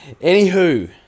Anywho